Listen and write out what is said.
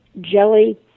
jelly